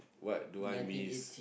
what do I miss